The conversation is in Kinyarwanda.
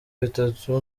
bitatu